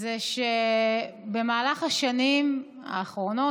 זה שבמהלך השנים האחרונות,